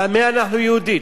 במה אנחנו "יהודית"?